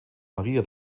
maria